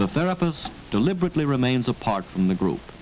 the therapist deliberately remains apart from the group